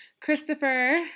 Christopher